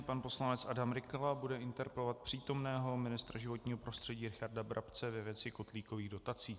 Pan poslanec Adam Rykala bude interpelovat přítomného ministra životního prostředí Richarda Brabce ve věci kotlíkových dotací.